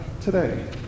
today